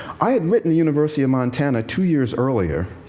i had written the university of montana two years earlier